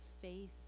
faith